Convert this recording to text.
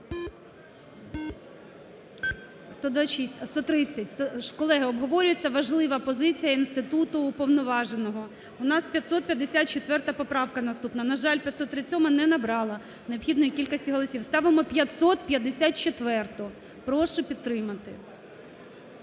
Колеги, обговорюється важлива позиція інституту Уповноваженого, у нас 554 поправка наступна, на жаль, 537-а не набрала необхідної кількості голосів. Ставимо 554-у, прошу підтримати.